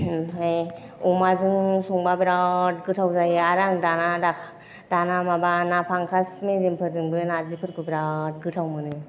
ओमफ्राय अमाजों संबा बिराट गोथाव जायो आरो आं दाना आं दाना माबा ना पांकाज मेजेमफोरजोंबो नार्जिफोरखौ बिराट गोथाव मोनो